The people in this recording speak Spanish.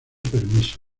permiso